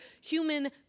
human